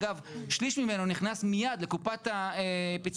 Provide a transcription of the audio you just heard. אגב, שליש ממנו נכנס מיד לקופת נאמן.